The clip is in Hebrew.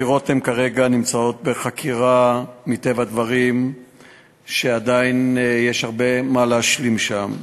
ומטבע הדברים עדיין יש הרבה מה להשלים שם,